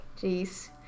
Jeez